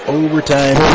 overtime